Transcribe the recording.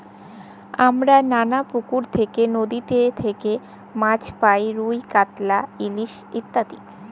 হামরা লালা পুকুর থেক্যে, লদীতে থেক্যে মাছ পাই রুই, কাতলা, ইলিশ ইত্যাদি